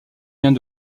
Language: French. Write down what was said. vient